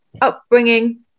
upbringing